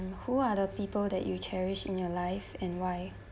who are the people that you cherish in your life and why